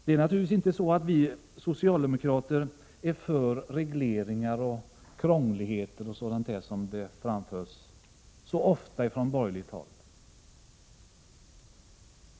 Det är naturligtvis inte så att vi socialdemokrater är för regleringar, krångligheter osv., som så ofta påstås från borgerligt håll.